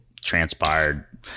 transpired